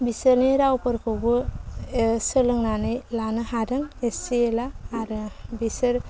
बिसोरनि रावफोरखौबो सोलोंनानै लानो हादों एसे एला आरो बिसोर